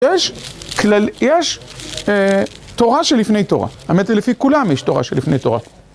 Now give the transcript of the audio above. יש כלל, יש תורה שלפני תורה. האמת היא לפי כולם יש תורה שלפני תורה.